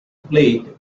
played